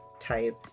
type